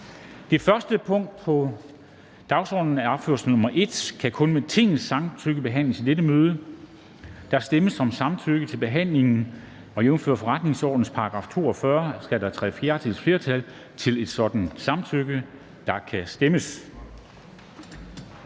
er opført som nr. 1 på dagsordenen, kan kun med Tingets samtykke behandles i dette møde. Der stemmes om samtykke til behandlingen, og jævnfør forretningsordenens § 42 skal der tre fjerdedeles flertal til et sådant samtykke. Kl. 13:02 Afstemning